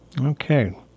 Okay